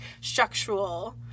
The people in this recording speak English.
structural